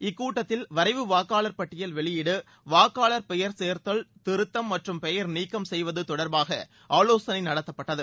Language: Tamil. இக்கூட்டத்தில் வரைவு வாக்காளர் பட்டியல் வெளியீடு வாக்காளர் பெயர் சேர்த்தல் திருத்தம் மற்றும் பெயர் நீக்கம் செய்வது தொடர்பாக ஆலோசனை நடத்தப்பட்டது